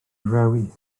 rhewi